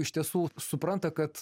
iš tiesų supranta kad